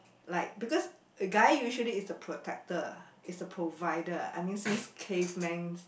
like because a guy usually is the protector is the provider I mean since caveman